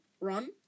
Run